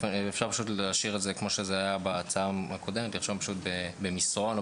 אפשר להשאיר את זה כמו שזה היה בהצעה הקודמת ולרשום: "במסרון או